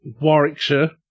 Warwickshire